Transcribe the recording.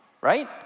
right